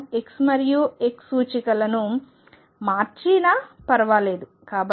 నేను x మరియు x సూచికలను మార్చినా పర్వాలేదు